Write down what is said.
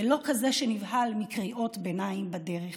ולא כזה שנבהל מקריאות ביניים בדרך.